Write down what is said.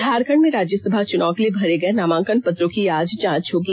झारखंड में राज्यसभा चुनाव के लिए भरे गए नामांकन पत्रों की आज जांच होगी